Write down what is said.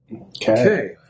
Okay